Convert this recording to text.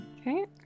Okay